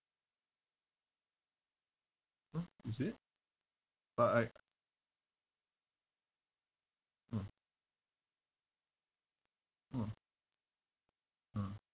!huh! is it but I mm ah